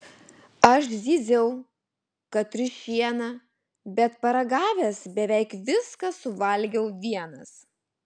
aš zyziau kad triušiena bet paragavęs beveik viską suvalgiau vienas